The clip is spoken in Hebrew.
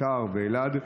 ביתר ואלעד,